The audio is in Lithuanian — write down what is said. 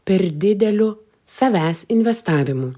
per dideliu savęs investavimu